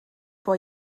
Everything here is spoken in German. vor